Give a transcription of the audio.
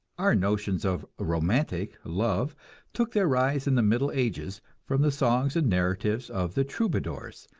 our notions of romantic love took their rise in the middle ages, from the songs and narratives of the troubadours,